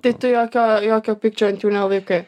tai tu jokio jokio pykčio ant jų nelaikai